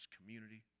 community